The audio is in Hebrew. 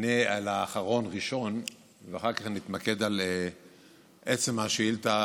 אענה על האחרון ראשון ואחר כך אני אתמקד על עצם השאילתה